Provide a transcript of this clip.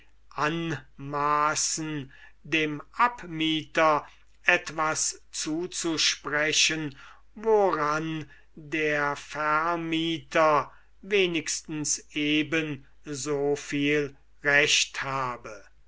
anmaßen dem abmieter etwas zuzusprechen woran der vermieter wenigstens eben so viel recht habe